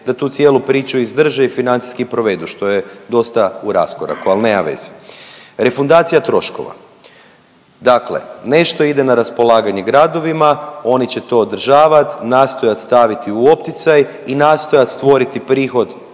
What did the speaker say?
da tu cijelu priču izdrže i financijski provedu što je dosta u raskoraku al nema veze. Refundacija troškova. Dakle nešto ide na raspolaganje gradovima, oni će to održavat, nastojat staviti u opticaj i nastojat stvoriti prihod